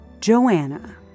Joanna